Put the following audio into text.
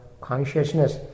consciousness